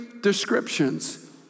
descriptions